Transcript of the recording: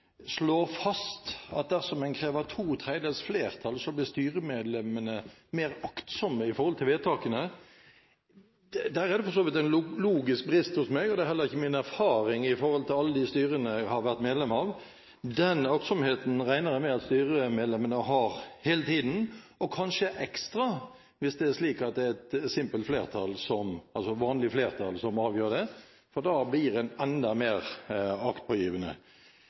slår fast at dersom en krever to tredjedels flertall, blir styremedlemmene mer aktsomme når det gjelder vedtakene. Der er det for så vidt en logisk brist hos meg. Det er heller ikke min erfaring fra alle de styrene jeg har vært medlem av. En slik aktsomhet regner jeg med at styremedlemmene har hele tiden, og kanskje ekstra hvis det er slik at det er simpelt flertall, altså vanlig flertall, som avgjør det. Da blir en enda